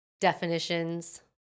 definitions